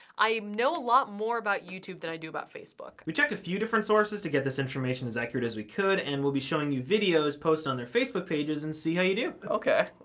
i know a lot more about youtube than i do about facebook. we checked a few different sources to get this information as accurate as we could and we'll be showing you videos posted on their facebook pages and see how you do. okay.